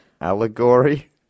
allegory